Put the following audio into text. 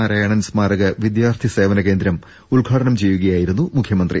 നാരായണൻ സ്മാരക വിദ്യാർത്ഥി സേവന കേന്ദ്രം ഉദ്ഘാടനം ചെയ്യുകയായിരുന്നു മുഖ്യമന്ത്രി